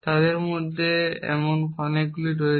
তাদের মধ্যে এমন অনেকগুলি রয়েছে